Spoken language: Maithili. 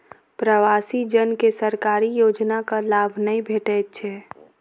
प्रवासी जन के सरकारी योजनाक लाभ नै भेटैत छै